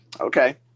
Okay